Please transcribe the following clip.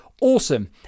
awesome